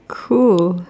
cool